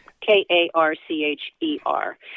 K-A-R-C-H-E-R